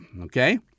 okay